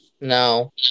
No